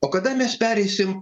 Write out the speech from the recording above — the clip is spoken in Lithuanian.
o kada mes pereisim